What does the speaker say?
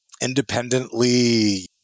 independently